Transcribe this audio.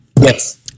Yes